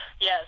yes